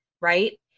Right